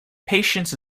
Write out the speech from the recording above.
patience